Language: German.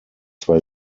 zwei